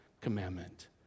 commandment